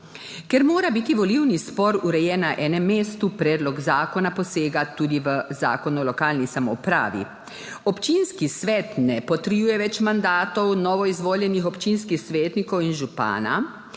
Ker mora biti volilni spor urejen na enem mestu, predlog zakona posega tudi v Zakon o lokalni samoupravi. Občinski svet ne potrjuje več mandatov novoizvoljenih občinskih svetnikov in župana,